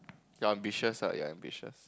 ya ambitious ah ya ambitious